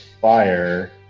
fire